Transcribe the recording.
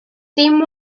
dim